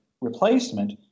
replacement